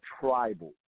tribal